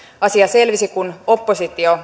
asia selvisi kun oppositio